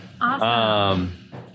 Awesome